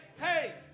hey